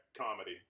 comedy